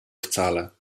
wcale